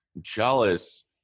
jealous